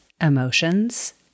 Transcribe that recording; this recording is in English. emotions